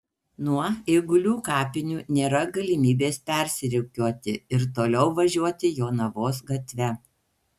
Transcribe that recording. nuo eigulių kapinių nėra galimybės persirikiuoti ir toliau važiuoti jonavos gatve